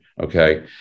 Okay